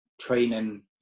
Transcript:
training